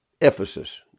Ephesus